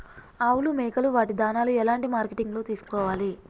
ఆవులు మేకలు వాటి దాణాలు ఎలాంటి మార్కెటింగ్ లో తీసుకోవాలి?